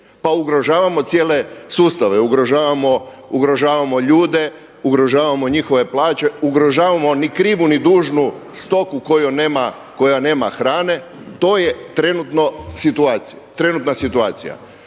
pa ugrožavamo cijele sustave, ugrožavamo ljude, ugrožavamo njihove plaće, ugrožavamo ni krivu ni dužnu stoku koja nema hrane, to je trenutna situacija.